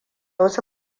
wasu